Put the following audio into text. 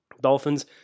Dolphins